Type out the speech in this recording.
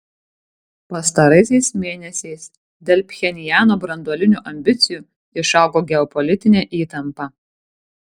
pastaraisiais mėnesiais dėl pchenjano branduolinių ambicijų išaugo geopolitinė įtampa